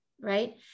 right